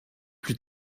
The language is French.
plus